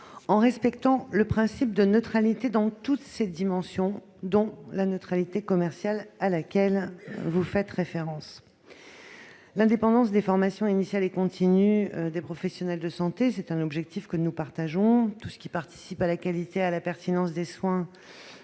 en respectant le principe de neutralité dans toutes ses dimensions, dont la neutralité commerciale, à laquelle vous faites référence. L'indépendance des formations initiale et continue des professionnels de santé est un objectif que nous partageons. Tout ce qui participe à la qualité et à la pertinence des soins,